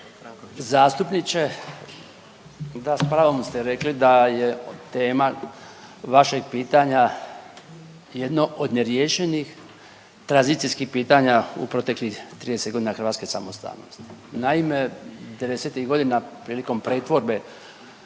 zastupniče, da s pravom ste rekli da je tema vašeg pitanja jedno od neriješenih tranzicijskih pitanja u proteklih 30 godina hrvatske samostalnosti. Naime, devedesetih godina prilikom pretvorbe